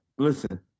Listen